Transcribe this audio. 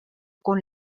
con